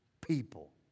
people